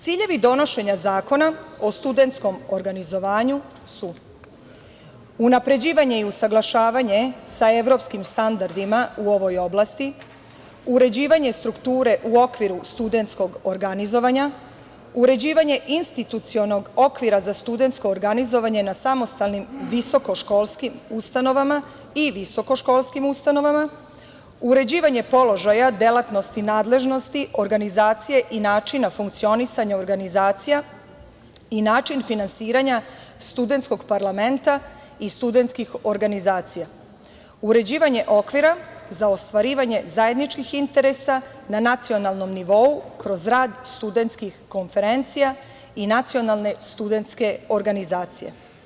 Ciljevi donošenja zakona o studentskom organizovanju su: unapređivanje i usaglašavanje sa evropskim standardima u ovoj oblasti, uređivanje strukture u okviru studentskog organizovanja, uređivanje institucionalnog okvira za studentsko organizovanje na samostalnim visokoškolskim ustanovama i visokoškolskim ustanovama, uređivanje položaja, delatnosti, nadležnosti, organizacije i načina funkcionisanja organizacija i način finansiranja studentskog parlamenta i studentskih organizacija, uređivanje okvira za ostvarivanje zajedničkih interesa na nacionalnom nivou kroz rad studentskih konferencija i nacionalne studentske organizacije.